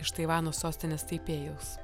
iš taivano sostinės taipėjaus